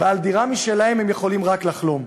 ועל דירה משלהם הם יכולים רק לחלום.